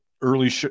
early